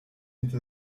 into